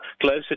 closer